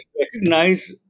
recognize